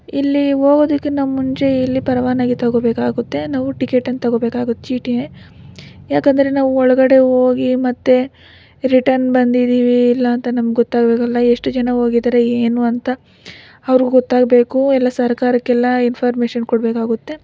ಇಲ್ಲಿ ಹೋಗೋದಕ್ಕಿನ್ನ ಮುಂಚೆ ಇಲ್ಲಿ ಪರವಾನಗಿ ತಗೋಬೇಕಾಗುತ್ತೆ ನಾವು ಟಿಕೇಟನ್ನ ತಗೋಬೇಕಾಗುತ್ತೆ ಚೀಟಿ ಯಾಕಂದರೆ ನಾವು ಒಳಗಡೆ ಹೋಗಿ ಮತ್ತೆ ರಿಟರ್ನ್ ಬಂದಿದ್ದೀವಿ ಇಲ್ಲ ಅಂತ ನಮ್ಗೆ ಗೊತ್ತಾಗಬೇಕಲ್ಲ ಎಷ್ಟು ಜನ ಹೋಗಿದ್ದಾರೆ ಏನು ಅಂತ ಅವ್ರಿಗ್ ಗೊತ್ತಾಗಬೇಕು ಎಲ್ಲ ಸರ್ಕಾರಕ್ಕೆಲ್ಲ ಇಂಫಾರ್ಮೇಷನ್ ಕೊಡಬೇಕಾಗುತ್ತೆ